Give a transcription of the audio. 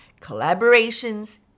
collaborations